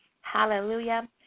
hallelujah